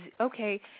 okay